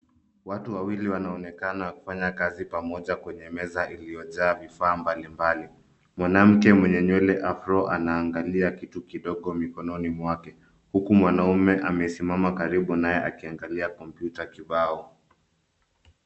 Watu wawili wanaonekana kufanya kazi pamoja kwenye meza iliyojaa vifaa mbalimbali. Mwanamke mwenye nywele afro anaangalia kitu kidogo mkononi mwake huku mwanaume amesimama karibu naye akiangalia kompyuta kibao